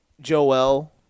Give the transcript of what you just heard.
Joel